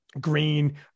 green